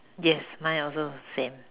yes mine also same